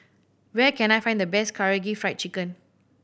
where can I find the best Karaage Fried Chicken